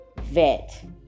vet